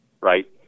right